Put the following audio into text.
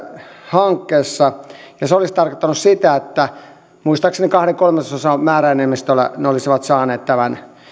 hankkeessa ja se olisi tarkoittanut sitä että muistaakseni kahden kolmasosan määräenemmistöllä ne olisivat saaneet tämän